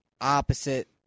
opposite